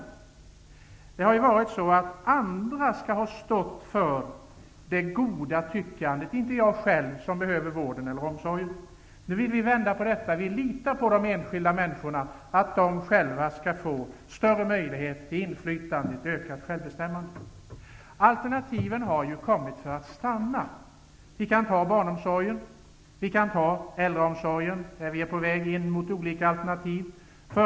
Tidigare har det varit så att man har menat att andra människor skall stå för det goda tyckandet, inte den som själv behöver vård eller omsorg. Vi vill vända på det. Vi litar på de enskilda människorna och vill att de skall få större möjligheter till inflytande och ökat självbestämmande. Alternativen har kommit för att stanna. Vi kan ta barnomsorgen eller äldreomsorgen som exempel. Vi är där på väg mot olika alternativ.